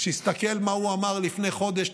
שיסתכל מה הוא אמר לפני חודש,